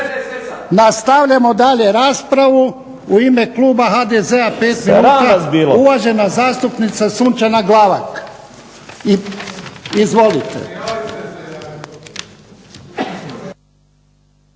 Nastavljamo dalje raspravu. U ime kluba HDZ-a uvažena zastupnica Sunčana Glavak. Izvolite.